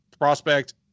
prospect